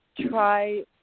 try –